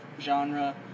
genre